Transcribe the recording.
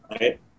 right